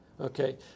Okay